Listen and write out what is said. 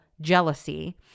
jealousy